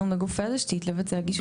מגופי התשתית לבצע בדיקה של התשתית שלהן.